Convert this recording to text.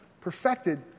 perfected